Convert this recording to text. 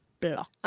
Block